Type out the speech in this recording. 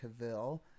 Cavill